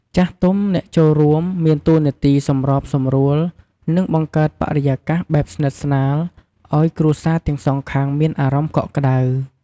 ចាស់ទុំជាអ្នកចូលរួម មានទួនាទីសម្របសម្រួល និង បង្កើតបរិយាកាសបែបស្និទ្ធស្នាល ឲ្យគ្រួសារទាំងសងខាងមានអារម្មណ៍កក់ក្ដៅ។